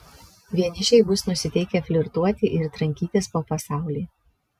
vienišiai bus nusiteikę flirtuoti ir trankytis po pasaulį